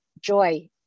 joy